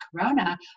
corona